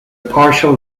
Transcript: partial